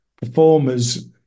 performers